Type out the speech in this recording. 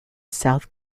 south